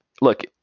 look